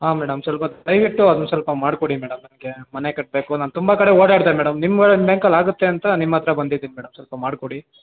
ಹಾಂ ಮೇಡಮ್ ಸ್ವಲ್ಪ ದಯವಿಟ್ಟು ಅದನ್ನು ಸ್ವಲ್ಪ ಮಾಡಿಕೊಡಿ ಮೇಡಮ್ ನನಗೆ ಮನೆ ಕಟ್ಟಬೇಕು ನಾನು ತುಂಬ ಕಡೆ ಓಡಾಡಿದೆ ಮೇಡಮ್ ನಿಮ್ಮ ಬ್ಯಾಂಕಲ್ಲಿ ಆಗುತ್ತೆ ಅಂತ ನಿಮ್ಮ ಹತ್ರ ಬಂದಿದ್ದೀನಿ ಮೇಡಮ್ ಸ್ವಲ್ಪ ಮಾಡಿಕೊಡಿ